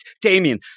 Damien